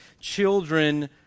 children